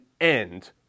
end